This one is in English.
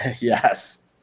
Yes